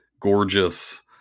gorgeous